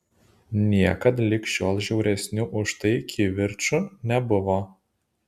niekad lig šiol žiauresnių už tai kivirčų nebuvo